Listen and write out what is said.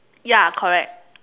ya correct